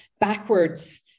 backwards